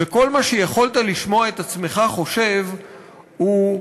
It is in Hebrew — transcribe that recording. וכל מה שיכולת לשמוע את עצמך חושב הוא: